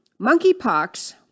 monkeypox